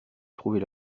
trouver